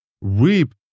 reap